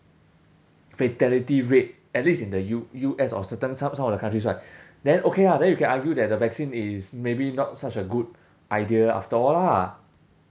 fatality rate at least in the U~ U_S or certain some some other countries right then okay ah then you can argue that the vaccine is maybe not such a good idea after all lah